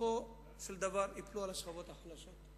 בסופו של דבר ייפלו על השכבות החלשות.